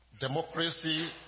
Democracy